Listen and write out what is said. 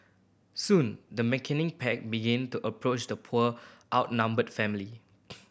soon the pack began to approach the poor outnumbered family